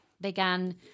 began